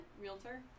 Realtor